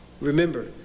remember